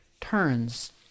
turns